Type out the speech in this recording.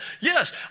Yes